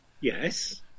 Yes